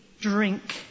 drink